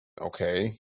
okay